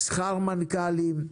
שכר מנכ"לים,